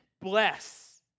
bless